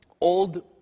Old